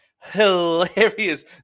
Hilarious